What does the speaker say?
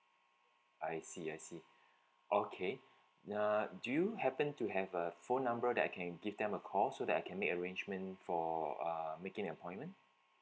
I see I see okay uh do you happen to have a phone number that I can give them a call so that I can make arrangement for uh making an appointment